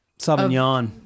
Sauvignon